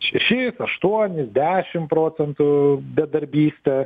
šešis aštuonis dešim procentų bedarbystė